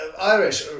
Irish